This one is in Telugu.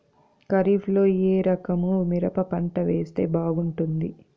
ఖరీఫ్ లో ఏ రకము మిరప పంట వేస్తే బాగుంటుంది